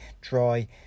dry